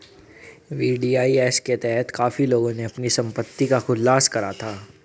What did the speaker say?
VDIS के तहत काफी लोगों ने अपनी संपत्ति का खुलासा करा था